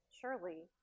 Surely